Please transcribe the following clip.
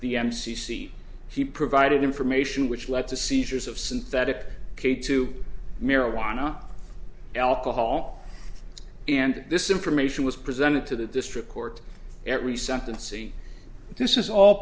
the m c c he provided information which led to seizures of synthetic k two marijuana alcohol and this information was presented to the district court every sentencing this is all